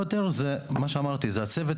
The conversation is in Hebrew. קודם כל ברמה של השר עם רשויות מקומיות ורשות